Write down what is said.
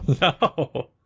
no